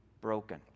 broken